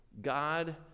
God